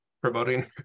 promoting